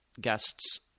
guests